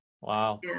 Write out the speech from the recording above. Wow